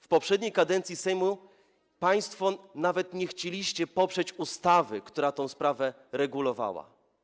W poprzedniej kadencji Sejmu państwo nawet nie chcieliście poprzeć ustawy, która tę sprawę regulowała.